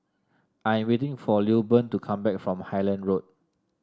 I am waiting for Lilburn to come back from Highland Road